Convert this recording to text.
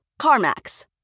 CarMax